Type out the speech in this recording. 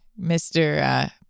Mr